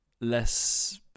less